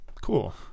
cool